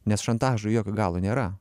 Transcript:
nes šantažui jokio galo nėra